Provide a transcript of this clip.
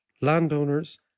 landowners